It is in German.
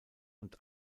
und